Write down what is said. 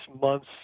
months